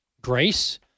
grace